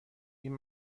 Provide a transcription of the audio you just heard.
این